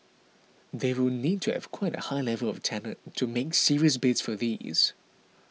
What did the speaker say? they will need to have quite a high level of talent to make serious bids for these